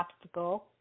obstacle